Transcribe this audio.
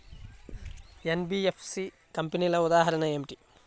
NBFC కంపెనీల ఉదాహరణ ఏమిటి?